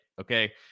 Okay